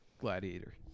Gladiator